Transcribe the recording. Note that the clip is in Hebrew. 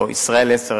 או "ישראל 10",